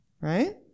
right